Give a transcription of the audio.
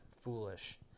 foolish